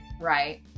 right